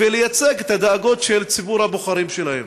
ולייצג את הדאגות של ציבור הבוחרים שלהם.